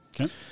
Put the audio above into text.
Okay